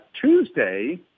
Tuesday